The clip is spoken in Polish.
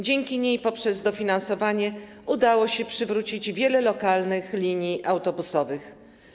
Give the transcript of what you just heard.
Dzięki niej poprzez dofinansowanie udało się przywrócić wiele lokalnych linii autobusowych.